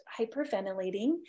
hyperventilating